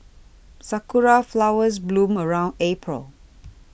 sakura flowers bloom around April